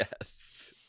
yes